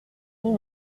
vous